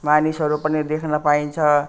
मानिसहरू पनि देख्न पाइन्छ